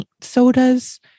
sodas